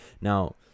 Now